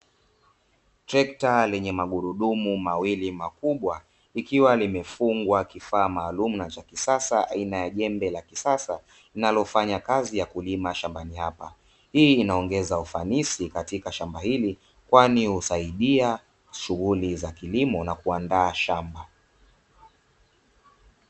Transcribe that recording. Trekta lenye magurudumu mawili makubwa likiwa limefungwa kifaa maalum na chakisasa aina ya jembe la kisasa linalofanya kazi ya kulima shambani hapa, hii inaongeza ufanisi katika shamba hili kwani husaidia shughuli za kilimo na kuandaa shamba.